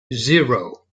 zero